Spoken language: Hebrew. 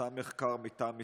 פורסם מחקר מטעם משרדך,